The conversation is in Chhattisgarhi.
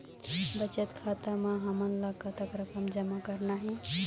बचत खाता म हमन ला कतक रकम जमा करना हे?